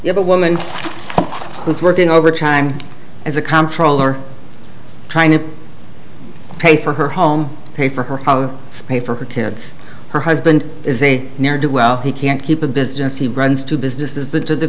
you have a woman who is working overtime as a contractor trying to pay for her home pay for her pay for her kids her husband is a nerd well he can't keep a business he runs two businesses the to the